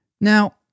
Now